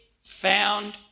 found